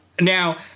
Now